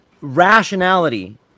rationality